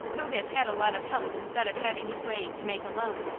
who has had a lot of help instead of having his way to make alone,